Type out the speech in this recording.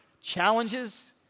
challenges